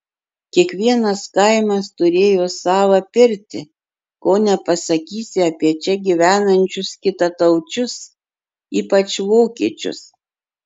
kiekvienas kaimas turėjo savą pirtį ko nepasakysi apie čia gyvenančius kitataučius ypač vokiečius